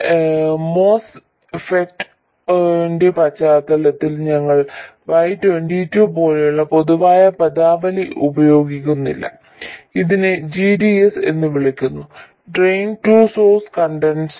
MOSFET ന്റെ പശ്ചാത്തലത്തിൽ ഞങ്ങൾ Y22 പോലെയുള്ള പൊതുവായ പദാവലി ഉപയോഗിക്കുന്നില്ല ഇതിനെ g d s എന്ന് വിളിക്കുന്നു ഡ്രെയിൻ ടു സോഴ്സ് കണ്ടക്റ്റൻസ്